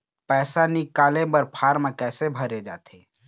पैसा निकाले बर फार्म कैसे भरे जाथे?